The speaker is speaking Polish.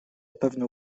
pewno